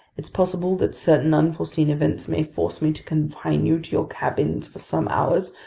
it's possible that certain unforeseen events may force me to confine you to your cabins for some hours,